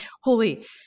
holy